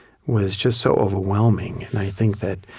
was just so overwhelming. and i think that